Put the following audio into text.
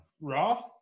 Raw